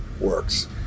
works